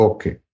Okay